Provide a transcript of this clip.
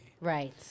Right